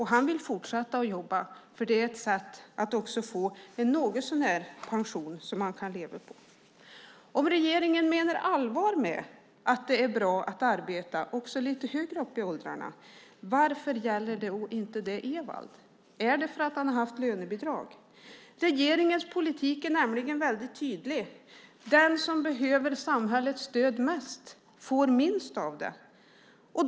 Han vill fortsätta jobba, för det är ett sätt att också få en pension som han något så när kan leva på. Om regeringen menar allvar med att det är bra att arbeta också lite högre upp i åldrarna, varför gäller det då inte också Evald? Är det för att han har haft lönebidrag? Regeringens politik är nämligen väldigt tydlig. Den som behöver samhällets stöd mest får minst av det.